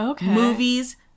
movies